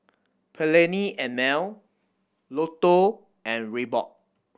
Perllini and Mel Lotto and Reebok